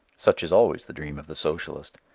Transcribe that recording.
such is always the dream of the socialist.